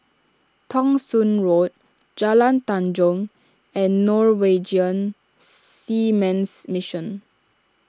Thong Soon Road Jalan Tanjong and Norwegian Seamen's Mission